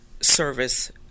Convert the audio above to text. service